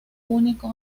único